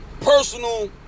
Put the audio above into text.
Personal